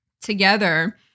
together